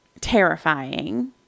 terrifying